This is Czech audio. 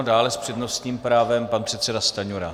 Dále s přednostním právem pan předseda Stanjura.